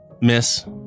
Miss